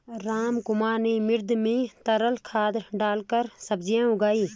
रामकुमार ने मृदा में तरल खाद डालकर सब्जियां उगाई